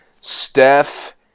Steph